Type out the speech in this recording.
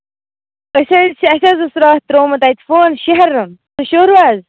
أسۍ حظ چھِ اَسہِ حظ اوس راتھ ترٛوومُت اَتہِ فون شیرن سُہ شوٗروٕ حظ